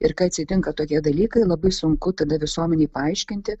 ir kai atsitinka tokie dalykai labai sunku tada visuomenei paaiškinti